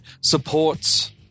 supports